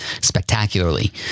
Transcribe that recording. spectacularly